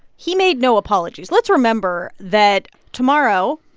he made no apologies. let's remember that tomorrow,